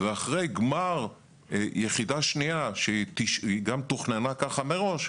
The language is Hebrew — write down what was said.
ואחרי גמר יחידה שנייה, שהיא גם תוכננה כך מראש,